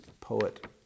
poet